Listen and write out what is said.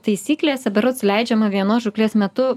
taisyklėse berods leidžiama vienos žūklės metu